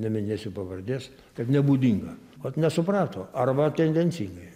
neminėsiu pavardės kad nebūdinga vat nesuprato arba tendencingai